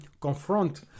confront